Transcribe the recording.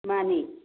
ꯃꯥꯅꯤ